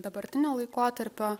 dabartinio laikotarpio